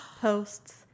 posts